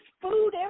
food